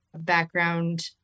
background